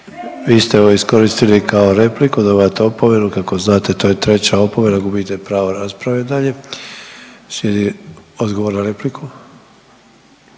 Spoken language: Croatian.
Vi ste ovo iskoristili kao repliku dobivate opomenu kako znate to je treća opomena gubite pravo rasprave dalje. Slijedi odgovor na repliku.